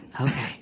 Okay